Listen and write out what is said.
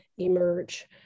emerge